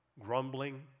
grumbling